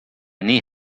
nii